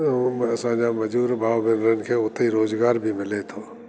अऊं असांजा मजूर भाव भेनरुनि खे उते रोजगार बि मिले थो